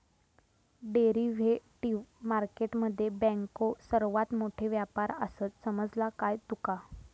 Derivative market मध्ये बँको सर्वात मोठे व्यापारी आसात, समजला काय तुका?